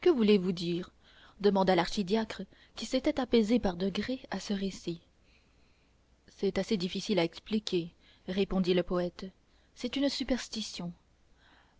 que voulez-vous dire demanda l'archidiacre qui s'était apaisé par degrés à ce récit c'est assez difficile à expliquer répondit le poète c'est une superstition